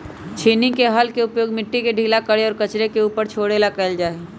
छेनी के हल के उपयोग मिट्टी के ढीला करे और कचरे के ऊपर छोड़े ला कइल जा हई